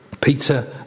Peter